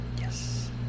Yes